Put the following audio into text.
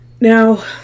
Now